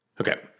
Okay